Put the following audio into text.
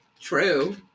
True